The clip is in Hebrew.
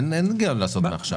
אין עניין לעשות את זה מעכשיו.